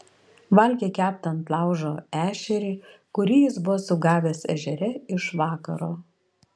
valgė keptą ant laužo ešerį kurį jis buvo sugavęs ežere iš vakaro